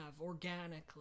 organically